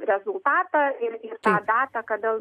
rezultatą ir ir tą datą kada